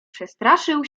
przestraszył